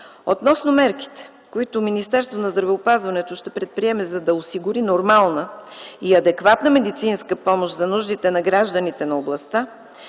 Относно мерките, които Министерството на здравеопазването ще предприеме, за да осигури нормална и адекватна медицинска помощ за нуждите на гражданите на областта,